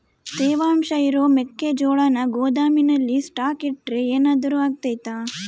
ತೇವಾಂಶ ಇರೋ ಮೆಕ್ಕೆಜೋಳನ ಗೋದಾಮಿನಲ್ಲಿ ಸ್ಟಾಕ್ ಇಟ್ರೆ ಏನಾದರೂ ಅಗ್ತೈತ?